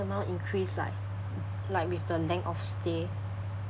amount increase like like with the length of stay